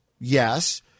Yes